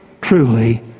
truly